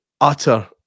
utter